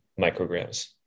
micrograms